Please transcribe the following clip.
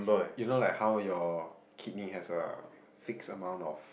you know like how your kidney have a six amount of